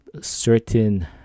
certain